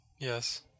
Yes